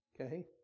okay